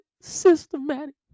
systematic